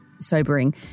sobering